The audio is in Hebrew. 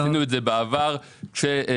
עשינו את זה בעבר, כששר